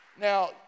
Now